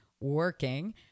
working